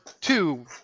two